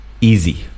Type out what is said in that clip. easy